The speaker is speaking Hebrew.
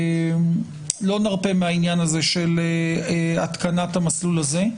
אנחנו לא נרפה מהעניין הזה של התקנת המסלול הזה.